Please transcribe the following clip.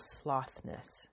slothness